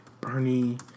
Bernie